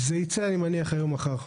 זה ייצא אני מניח, היום או מחר.